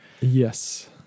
Yes